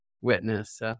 witness